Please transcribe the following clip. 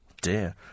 Dear